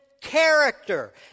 character